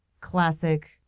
classic